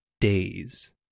Days